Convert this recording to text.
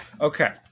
Okay